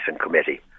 Committee